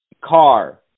car